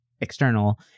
external